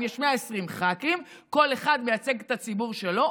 אם יש 120 ח"כים וכל אחד מייצג את הציבור שלו,